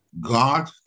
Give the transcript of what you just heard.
God